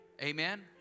Amen